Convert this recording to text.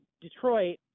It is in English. Detroit